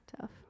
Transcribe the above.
tough